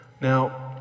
Now